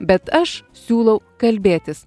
bet aš siūlau kalbėtis